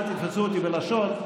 אל תתפסו אותי בלשון,